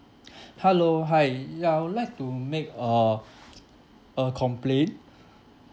hello hi ya I would like to make a a complaint